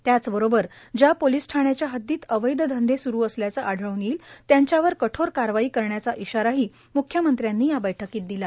त्याचबरोबर ज्या पोलीस ठाण्याच्या हद्दीत अवैध धंदे स्रु असल्याचे आढळून येईल त्यांच्यावर कठोर कारवाई करण्याचा इशाराही मुख्यमंत्र्यांनी या बैठकीत दिला